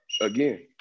again